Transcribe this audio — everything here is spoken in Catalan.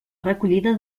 recollida